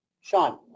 Sean